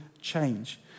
change